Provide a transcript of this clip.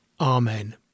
Amen